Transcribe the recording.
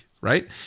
Right